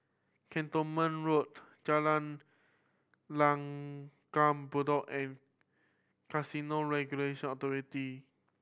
Cantonment Road Jalan Langgar Bedok and Casino Regulation Authority